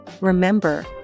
Remember